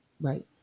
Right